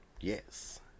Yes